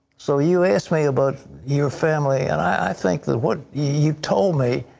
so, you ask me about your family and i think that what you told me,